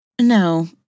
No